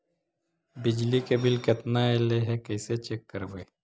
बिजली के बिल केतना ऐले हे इ कैसे चेक करबइ?